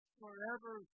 forever